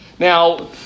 Now